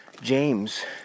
James